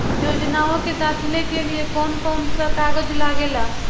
योजनाओ के दाखिले के लिए कौउन कौउन सा कागज लगेला?